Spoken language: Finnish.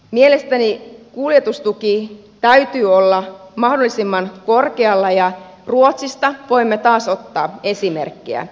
mielestäni kuljetustuen täytyy olla mahdollisimman korkealla ja ruotsista voimme taas ottaa esimerkkiä